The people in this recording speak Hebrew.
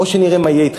או שנראה מה יהיה אתכם,